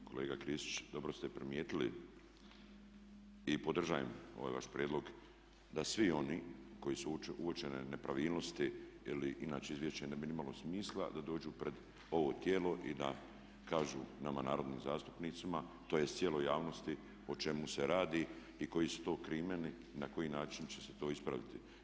Kolega Kristić, dobro ste primijetili i podržavam ovaj vaš prijedlog da svi oni kojima su uočene nepravilnosti jer inače izvješće ne bi ni imalo smisla da dođu pred ovo tijelo i da kažu nama narodnim zastupnicima tj. cijeloj javnosti o čemu se radi i koji su to krimeni, na koji način će se to ispraviti.